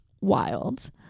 wild